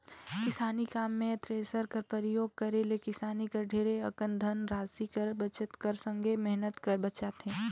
किसानी काम मे थेरेसर कर परियोग करे ले किसान कर ढेरे अकन धन रासि कर बचत कर संघे मेहनत हर बाचथे